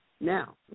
Now